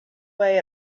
way